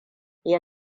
ya